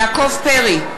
יעקב פרי,